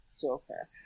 Joker